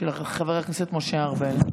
של חבר הכנסת משה ארבל.